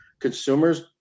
Consumers